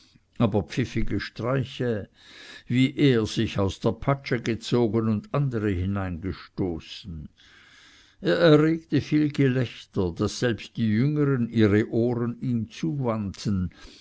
aber pfiffige streiche wie er sich aus der patsche gezogen und andere hineingestoßen er erregte viel gelächter daß selbst die jüngern ihre ohren ihm zuwandten